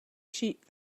sheep